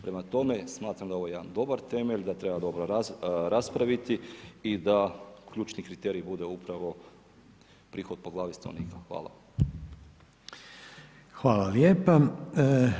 Prema tome, smatram da je ovo jedan dobar temelj, da treba dobro raspraviti i da ključni kriterij bude upravo prihod po glavi stanovnika, hvala.